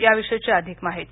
या विषयीची अधिक माहिती